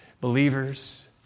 believers